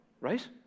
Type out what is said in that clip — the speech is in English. right